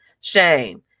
shame